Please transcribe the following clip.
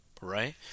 right